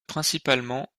principalement